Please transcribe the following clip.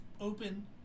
open